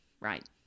Right